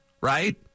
right